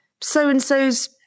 so-and-so's